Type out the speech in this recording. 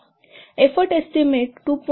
तर effort estimate 2